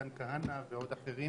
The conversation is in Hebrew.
מתן כהנא ועוד אחרים